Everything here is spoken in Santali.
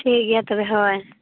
ᱴᱷᱤᱠ ᱜᱮᱭᱟ ᱛᱚᱵᱮ ᱦᱳᱭ